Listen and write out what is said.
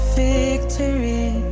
victory